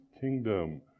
kingdom